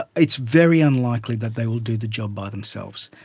it's very unlikely that they will do the job by themselves.